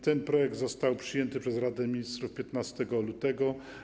Ten projekt został przyjęty przez Radę Ministrów 15 lutego.